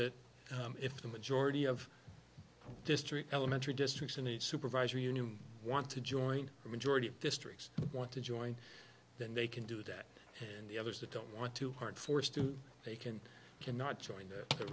that if the majority of district elementary districts in a supervisory union want to join the majority of districts want to join then they can do that and the others that don't want to heart forced to they can cannot join the